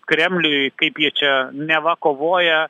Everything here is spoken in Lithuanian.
kremliui kaip jie čia neva kovoja